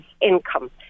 income